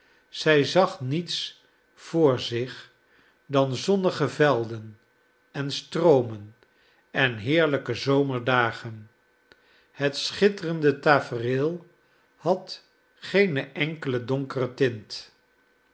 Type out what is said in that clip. zij zag niets voor zich dan zonnige velden en stroomen en heerlijke zomerdagen het schitterende tafereel had geene enkele donkere tint